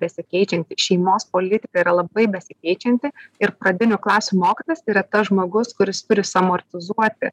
besikeičianti šeimos politika yra labai besikeičianti ir pradinių klasių mokytojas tai yra tas žmogus kuris turi suamortizuoti